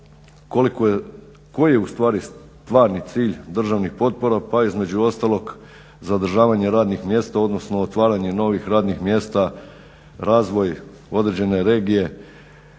koji je u stvari stvarni cilj državnih potpora, pa između ostalog zadržavanje radnih mjesta odnosno otvaranje novih radnih mjesta, razvoj određene regije.